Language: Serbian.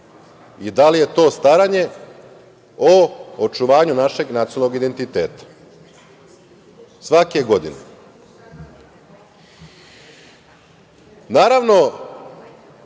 i da li je to staranje o očuvanju našeg nacionalnog identiteta, svake godine? Naravno,